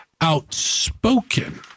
outspoken